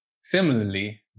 Similarly